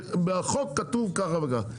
בחוק כתוב כך וכך.